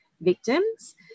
victims